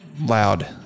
loud